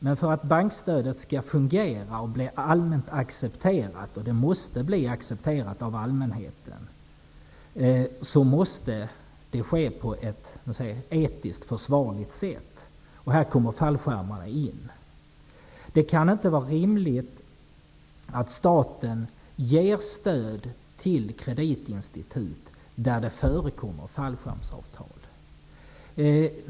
Men för att bankstödet skall fungera och bli allmänt accepterat -- och det måste bli accepterat av allmänheten -- måste det hela ske på ett etiskt försvarbart sätt. Här kommer fallskärmarna in. Det kan inte vara rimligt att staten ger stöd till kreditinstitut där det förekommer fallskärmsavtal.